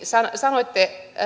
sanoitte